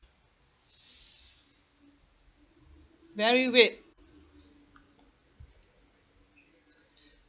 very weird